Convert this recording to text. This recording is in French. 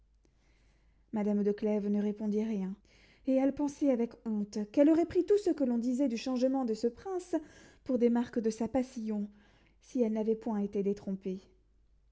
madame de clèves ne répondit rien et elle pensait avec honte qu'elle aurait pris tout ce que l'on disait du changement de ce prince pour des marques de sa passion si elle n'avait point été détrompée